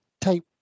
type